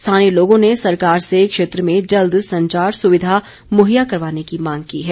स्थानीय लोगों ने सरकार से क्षेत्र में जल्द संचार सुविधा मुहैया करवाने की मांग की है